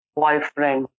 boyfriend